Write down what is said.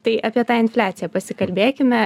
tai apie tą infliaciją pasikalbėkime